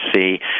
see